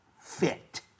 fit